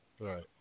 Right